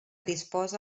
disposa